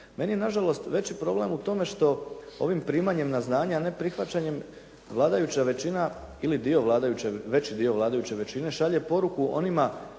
Meni je nažalost veći problem u tome što ovim primanjem na znanje, a ne prihvaćanjem vladajuća većina ili dio veći dio vladajuće većine šalje poruku onima